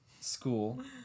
school